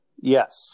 yes